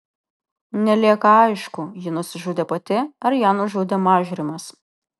nelieka aišku ji nusižudė pati ar ją nužudė mažrimas